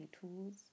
tools